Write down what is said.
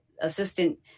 assistant